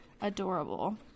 adorable